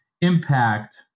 impact